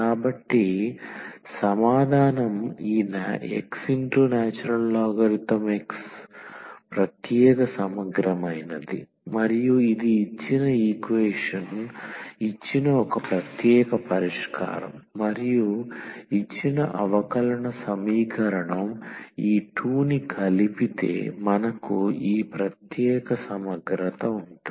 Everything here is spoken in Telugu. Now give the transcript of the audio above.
కాబట్టి సమాధానం ఈ xln x ప్రత్యేక సమగ్రమైనది మరియు ఇది ఇచ్చిన ఈక్వేషన్ ఇచ్చిన ఒక ప్రత్యేక పరిష్కారం మరియు ఇచ్చిన అవకలన సమీకరణం ఈ 2 ని కలిపితే మనకు ఈ ప్రత్యేక సమగ్రత ఉంటుంది